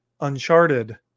uncharted